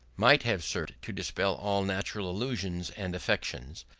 might have served to dispel all natural illusions and affections,